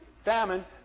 famine